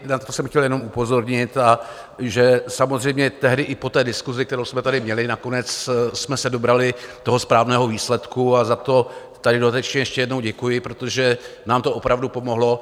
Na to jsem chtěl jenom upozornit, a že samozřejmě tehdy i po diskusi, kterou jsme tady měli nakonec, jsme se dobrali toho správného výsledku a za to tady dodatečně ještě jednou děkuji, protože nám to opravdu pomohlo.